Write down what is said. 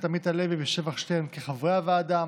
עמית הלוי ושבח שטרן כחברי הוועדה,